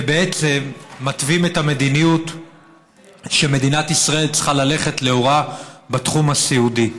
ובעצם מתווים את המדיניות שמדינת ישראל צריכה ללכת לאורה בתחום הסיעודי,